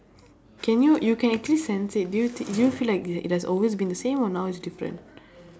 can you you can actually sense it do you thi~ do you feel like it it has always been the same or now it's different